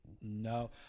No